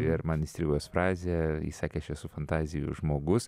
ir man įstrigo jos frazė jis sakė aš esu fantazijų žmogus